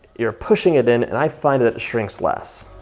you're pushing it in and i find that shrinks less.